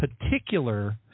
particular